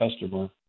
customer